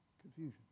confusion